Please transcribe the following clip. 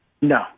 No